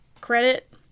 credit